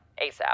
ASAP